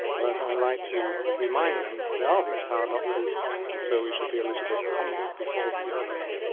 whereas i like to remind them there are these paradoxes and so we should be a little bit humble before the universe.